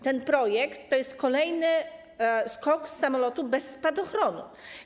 Ten projekt to jest kolejny skok z samolotu bez spadochronu.